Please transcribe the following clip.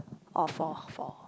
or four four